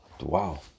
wow